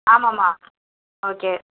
ஆமாம்மா ஓகே